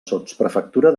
sotsprefectura